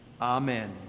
Amen